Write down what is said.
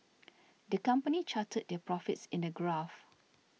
the company charted their profits in a graph